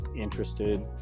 interested